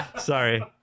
Sorry